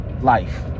life